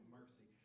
mercy